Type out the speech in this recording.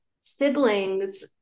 siblings